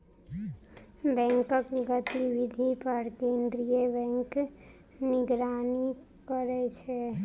बैंकक गतिविधि पर केंद्रीय बैंक निगरानी करै छै